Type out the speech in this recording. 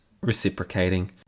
reciprocating